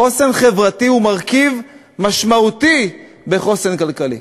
חוסן חברתי הוא מרכיב משמעותי בחוסן כלכלי.